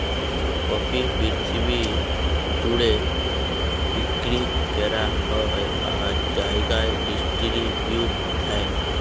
coffee পিরথিবি জ্যুড়ে বিক্কিরি ক্যরা হ্যয় আর জায়গায় ডিসটিরিবিউট হ্যয়